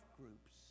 groups